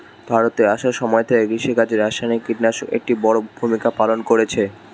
ভারতে আসার সময় থেকে কৃষিকাজে রাসায়নিক কিটনাশক একটি বড়ো ভূমিকা পালন করেছে